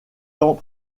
temps